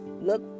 look